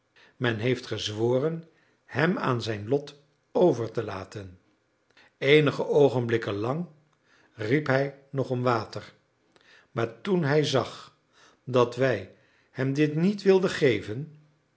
men heeft gezworen hem aan zijn lot over te laten eenige oogenblikken lang riep hij nog om water maar toen hij zag dat wij hem dit niet wilden geven